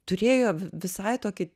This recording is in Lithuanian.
turėjo visai tokį